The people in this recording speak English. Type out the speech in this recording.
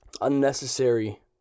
unnecessary